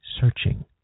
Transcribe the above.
searching